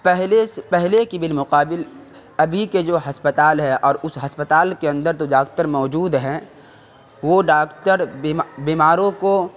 پہلے پہلے کی بالمقابل ابھی کے جو ہسپتال ہے اور اس ہسپتال کے اندر جو داکتر موجود ہیں وہ ڈاکٹڑ بیماروں کو